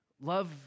Love